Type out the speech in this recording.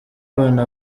ubona